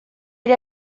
ele